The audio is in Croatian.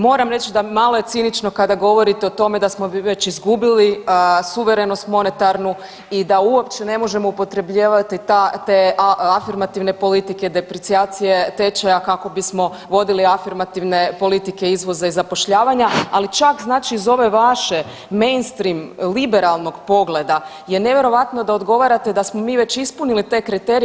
Moram reći da je malo cinično kada govorite o tome da smo mi već izgubili suverenost monetarnu i da uopće ne možemo upotrebljavati te afirmativne politike deprecijacije tečaja kako bismo vodili afirmativne politike izvoza i zapošljavanja, ali čak iz ove vaše mainstream liberalnog pogleda je nevjerojatno da odgovarate da smo mi već ispunili te kriterije.